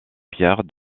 pierre